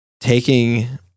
taking